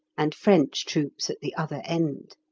and french troops at the other end!